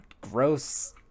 gross